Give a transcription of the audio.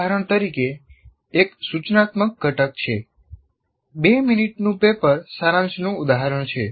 ઉદાહરણ તરીકે એક સૂચનાત્મક ઘટક છે 2 મિનિટનું પેપર સારાંશનું ઉદાહરણ છે